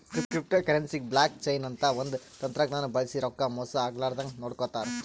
ಕ್ರಿಪ್ಟೋಕರೆನ್ಸಿಗ್ blockchain ಅಂತ್ ಒಂದ್ ತಂತಜ್ಞಾನ್ ಬಳ್ಸಿ ರೊಕ್ಕಾ ಮೋಸ್ ಆಗ್ಲರದಂಗ್ ನೋಡ್ಕೋತಾರ್